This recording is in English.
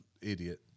idiot